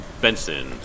Benson